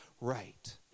right